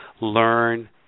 Learn